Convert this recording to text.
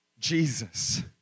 Jesus